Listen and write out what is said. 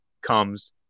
comes